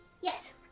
Yes